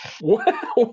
Wow